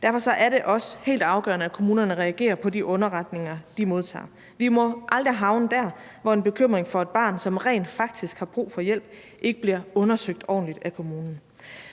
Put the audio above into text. Derfor er det også helt afgørende, at kommunerne reagerer på de underretninger, de modtager. Vi må aldrig havne der, hvor en bekymring for et barn, som rent faktisk har brug for hjælp, ikke bliver undersøgt ordentligt af kommunen.